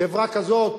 חברה כזאת